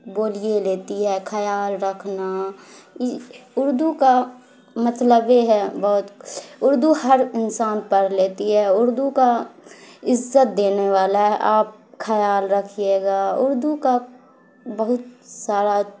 بولیے لیتی ہے خیال رکھنا اردو کا مطلبے ہے بہت اردو ہر انسان پڑھ لیتی ہے اردو کا عزت دینے والا ہے آپ خیال رکھیے گا اردو کا بہت سارا